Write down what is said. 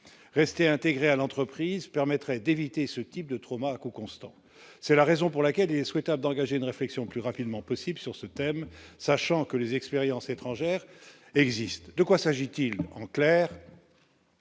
rester intégrées à l'entreprise permettrait d'éviter ce type de trop Marco Constant c'est la raison pour laquelle il est souhaitable d'engager une réflexion plus rapidement possible sur ce thème, sachant que les expériences étrangères existe, de quoi s'agit-il en clair.